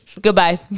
Goodbye